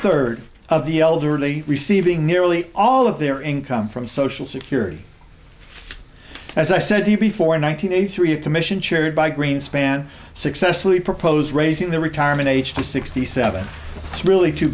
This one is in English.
third of the elderly receiving nearly all of their income from social security as i said before nine hundred eighty three a commission chaired by greenspan successfully proposed raising the retirement age to sixty seven it's really too